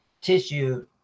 tissue